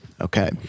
Okay